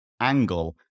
angle